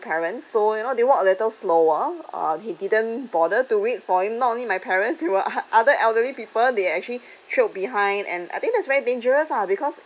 parents so you know they walk a little slower uh he didn't bother to wait for him not only my parents there were other elderly people they actually trailed behind and I think that's very dangerous ah because